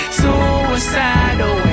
suicidal